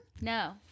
No